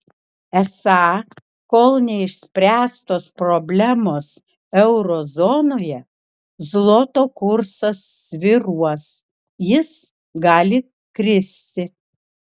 esą kol neišspręstos problemos euro zonoje zloto kursas svyruos jis gali kristi